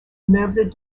meuble